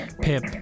Pip